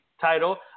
title